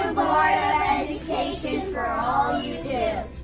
education for all you do.